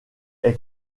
est